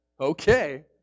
okay